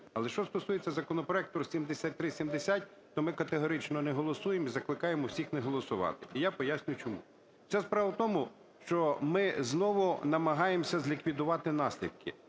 Але що стосується законопроекту 7370, то ми категорично не голосуємо і закликаємо всіх не голосувати. І я пояснюю, чому. Вся справа в тому, що ми знову намагаємося зліквідувати наслідки.